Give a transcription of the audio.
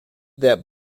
that